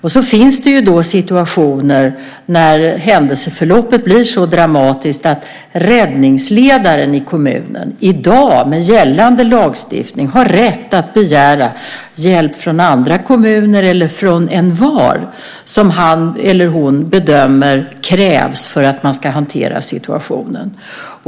Det finns situationer när händelseförloppet blir så dramatiskt att räddningsledaren i kommunen i dag med gällande lagstiftning har rätt att begära hjälp från andra kommuner eller från envar som han eller hon bedömer krävs för att man ska kunna hantera situationen.